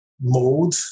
mode